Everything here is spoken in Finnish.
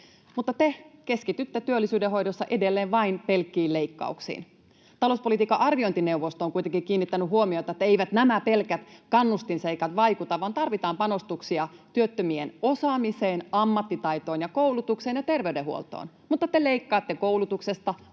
Mutta te keskitytte työllisyyden hoidossa edelleen vain pelkkiin leikkauksiin. Talouspolitiikan arviointineuvosto on kuitenkin kiinnittänyt huomiota siihen, että eivät nämä pelkät kannustinseikat vaikuta, vaan tarvitaan panostuksia työttömien osaamiseen, ammattitaitoon ja koulutukseen ja terveydenhuoltoon. Mutta te leikkaatte koulutuksesta